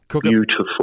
Beautiful